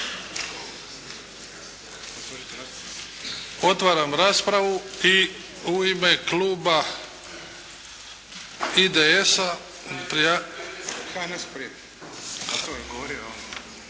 Otvaram raspravu i u ime kluba IDS-a,